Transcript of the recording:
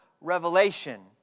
revelation